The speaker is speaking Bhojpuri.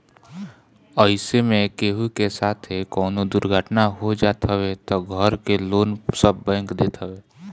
अइसे में केहू के साथे कवनो दुर्घटना हो जात हवे तअ घर के लोन सब बैंक देत हवे